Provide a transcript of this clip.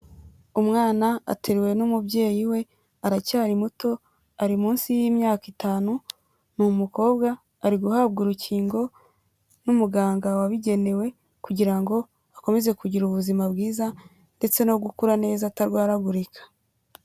Umwana ateruwe n'umubyeyi we aracyari muto ari munsi y'imyaka itanu ni umukobwa ari guhabwa urukingo n'umuganga wabigenewe, kugira ngo akomeze kugira ubuzima bwiza ndetse no gukura neza atarwaragurika.